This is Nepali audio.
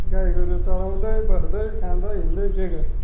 गाईगोरु चराउँदै बस्दै खाँदै हिँड्दै के गर्नु